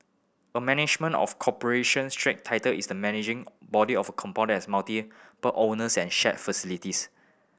a management of corporation strata title is the managing body of a compound has multiple but owners and shared facilities